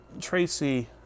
Tracy